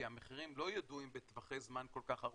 כי המחירים לא ידועים בטווחי זמן כל כך ארוכים,